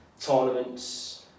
tournaments